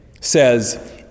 says